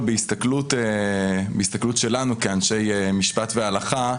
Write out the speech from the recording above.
בהסתכלות שלנו כאנשי משפט והלכה,